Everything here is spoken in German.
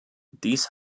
dies